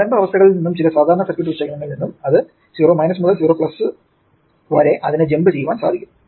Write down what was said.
പ്രാരംഭ അവസ്ഥകളിൽ നിന്നും ചില സാധാരണ സർക്യൂട്ട് വിശകലനങ്ങളിൽ നിന്നും അത് 0 മുതൽ 0 വരെ അതിനു ജമ്പ് ചെയ്യാൻ സാധിക്കും